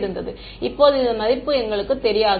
மாணவர் இப்போது இதன் மதிப்பு எங்களுக்குத் தெரியாது